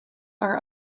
are